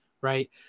Right